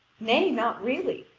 nay, not really,